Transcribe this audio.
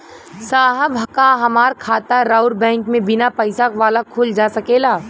साहब का हमार खाता राऊर बैंक में बीना पैसा वाला खुल जा सकेला?